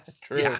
True